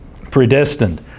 Predestined